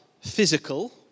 physical